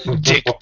Dick